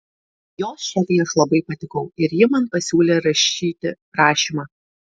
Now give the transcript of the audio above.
jos šefei aš labai patikau ir ji man pasiūlė rašyti prašymą